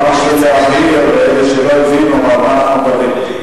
רק בשביל להבהיר לאלה שלא הבינו על מה אנחנו מדברים.